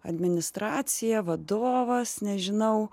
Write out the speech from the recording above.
administracija vadovas nežinau